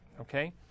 okay